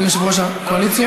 אדוני יושב-ראש הקואליציה,